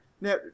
Now